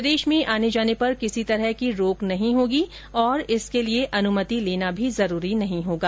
प्रदेश में आने जाने पर किसी तरह की रोक नहीं होगी और इसके लिए अनुमति लेना भी जरूरी नहीं होगा